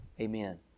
Amen